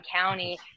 county